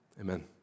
Amen